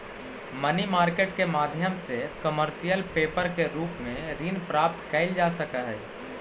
money market के माध्यम से कमर्शियल पेपर के रूप में ऋण प्राप्त कईल जा सकऽ हई